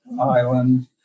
island